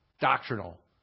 doctrinal